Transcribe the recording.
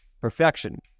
perfection